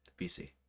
BC